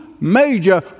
major